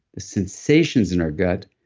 the sensations in our gut,